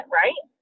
right